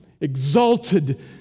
exalted